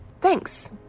Thanks